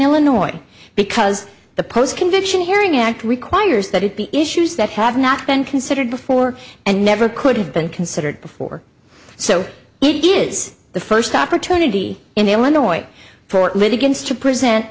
illinois because the post conviction hearing act requires that it be issues that have not been considered before and never could have been considered before so it is the first opportunity in illinois for litigants to present